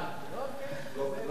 הבנתי, אוקיי, בסדר.